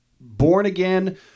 born-again